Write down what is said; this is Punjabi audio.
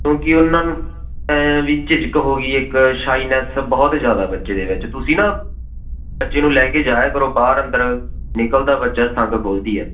ਕਿਉਂਕਿ ਉਨ੍ਹਾਂ ਨੂੰ ਐਂ ਵੀ ਝਿਜਕ ਹੋ ਗਈ ਇੱਕ ਸ਼ਾਈਨੈੱਸ ਬਹੁਤ ਜ਼ਿਆਦਾ ਬੱਚੇ ਦੇ ਵਿੱਚ ਤੁਸੀਂ ਨਾ ਬੱਚੇ ਨੂੰ ਲੈ ਕੇ ਜਾਇਆ ਕਰੋ ਬਾਹਰ ਅੰਦਰ ਨਿਕਲਦਾ ਬੱਚਾ ਸੰਗ ਖੁੱਲ੍ਹਦੀ ਹੈ